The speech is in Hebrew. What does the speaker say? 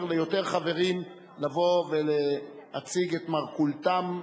ליותר חברים לבוא ולהציג את מרכולתם,